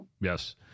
Yes